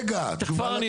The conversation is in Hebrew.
לגבי הכפר,